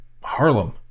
Harlem